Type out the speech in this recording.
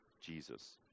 Jesus